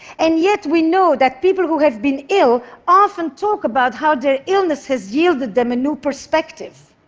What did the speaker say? and yet we know that people who have been ill often talk about how their illness has yielded them a new perspective.